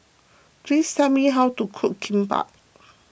please tell me how to cook Kimbap